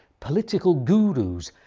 political guru's,